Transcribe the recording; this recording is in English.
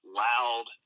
loud